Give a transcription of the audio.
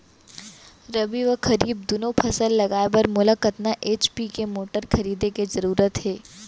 रबि व खरीफ दुनो फसल लगाए बर मोला कतना एच.पी के मोटर खरीदे के जरूरत हे?